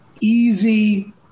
easy